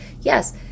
Yes